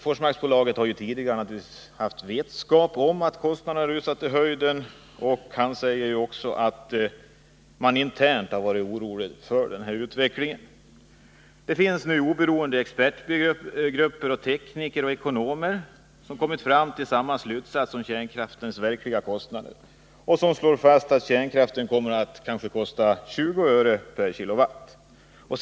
”Forsmarksbolaget har naturligtvis vetskap om att kostnaderna rusar i höjden, och internt är man orolig över att inga kalkyler håller”, säger Bengt Hargö. En oberoende expertgrupp av tekniker och ekonomer har kommit till samma slutsatser om kärnkraftens verkliga kostnader. I en rapport slår man fast att kärnkraft kommer att kosta ca 20 öre/k Wh.